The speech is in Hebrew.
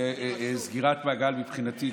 והוא סגירת מעגל מבחינתי.